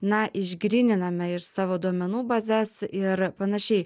na išgryniname ir savo duomenų bazes ir panašiai